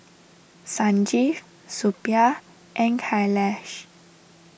Sanjeev Suppiah and Kailash